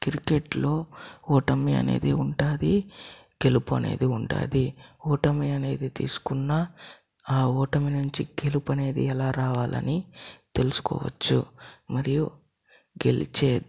cricket లో ఓటమి అనేది ఉంటుంది గెలుపు అనేది ఉంటుంది ఓటమి అనేది తీసుకున్నా ఆ ఓటమి నుంచి గెలుపు అనేది ఎలా రావాలని తెలుసుకోవచ్చు మరియు గెలిచే